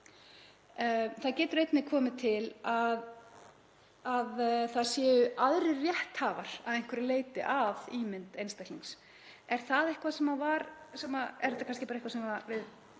Það getur einnig komið til að það séu aðrir rétthafar að einhverju leyti að ímynd einstaklings. Er þetta kannski eitthvað sem við